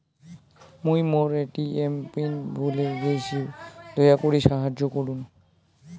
মুই মোর ATM PIN ভুলে গেইসু, দয়া করি সাহাইয্য করুন